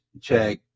check